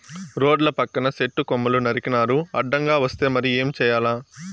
రోడ్ల పక్కన సెట్టు కొమ్మలు నరికినారు అడ్డంగా వస్తే మరి ఏం చేయాల